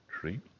three